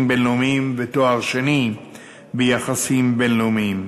בין-לאומיים ותואר שני ביחסים בין-לאומיים,